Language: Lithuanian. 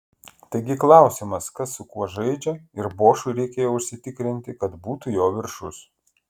taigi klausimas kas su kuo žaidžia ir bošui reikėjo užsitikrinti kad būtų jo viršus